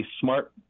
smart